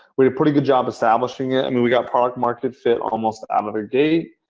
we did a pretty good job establishing it. and we we got product market fit almost out of the gate.